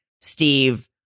Steve